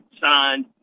signed